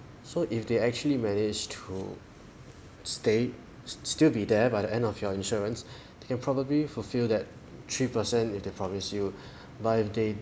so if they actually managed to stayed still be there by the end of your insurance then probably fulfill that three percent they promised you but if they